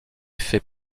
faits